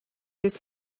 this